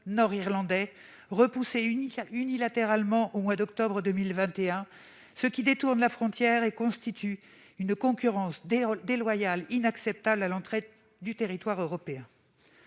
nord-irlandais repoussé unilatéralement au mois d'octobre 2021, ce qui détourne la frontière et constitue une concurrence déloyale inacceptable à l'entrée du territoire européen.